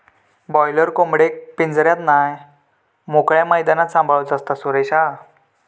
boiler कोंबडेक पिंजऱ्यात नाय मोकळ्या मैदानात सांभाळूचा असता, सुरेशा